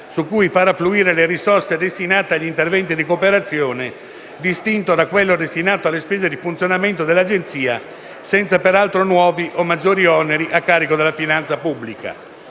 cui far affluire le risorse destinate agli interventi di cooperazione distinto da quello destinato alle spese di funzionamento dell'Agenzia, senza peraltro nuovi o maggiori oneri a carico della finanza pubblica.